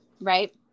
right